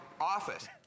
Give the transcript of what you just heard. office